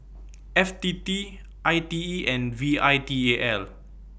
F T T I T E and V I T A L